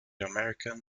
american